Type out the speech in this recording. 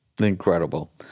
Incredible